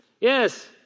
yes